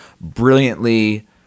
brilliantly